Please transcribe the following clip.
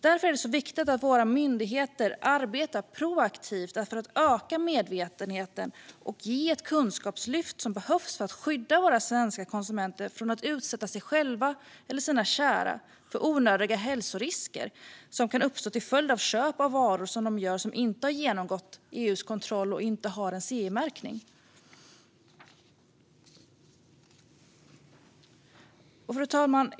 Därför är det viktigt att våra myndigheter arbetar proaktivt för att öka medvetenheten och ge det kunskapslyft som behövs för att skydda våra svenska konsumenter från att utsätta sig själva eller sina kära för onödiga hälsorisker som kan uppstå till följd av köp av varor som inte genomgått EU:s kontroll och blivit CE-märkta. Fru talman!